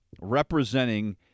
representing